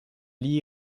lié